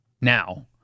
Now